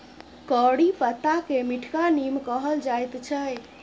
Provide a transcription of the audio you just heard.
करी पत्ताकेँ मीठका नीम कहल जाइत छै